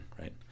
right